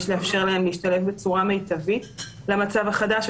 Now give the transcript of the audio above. יש לאפשר להם להשתלב בצורה מיטבית למצב החדש,